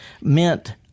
meant